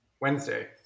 Wednesday